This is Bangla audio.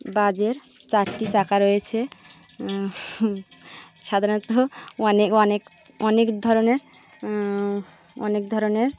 বাসের চারটি চাকা রয়েছে সাধারণত অনেক অনেক অনেক ধরনের অনেক ধরনের